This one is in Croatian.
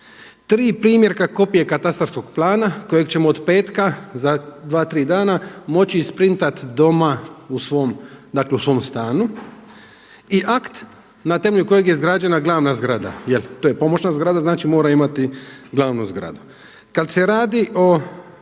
Tri primjera kopije katastarskog plana kojeg ćemo od petka za dva, tri dana moći isprintat doma u svom, dakle u svom stanu i akt na temelju kojeg je izgrađena glavna zgrada. To je pomoćna zgrada, znači mora imati glavnu zgradu. Kad se radi o